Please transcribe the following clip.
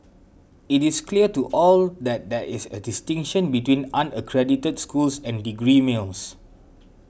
it is clear to all that there is a distinction between unaccredited schools and degree mills